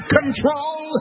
control